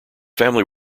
family